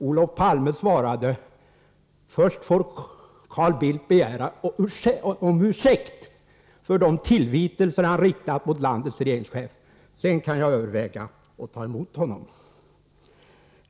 Olof Palme svarade: Först får Carl Bildt be om ursäkt för de tillvitelser han riktat mot landets regeringschef, sedan kan jag överväga att ta emot honom.